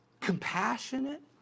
Compassionate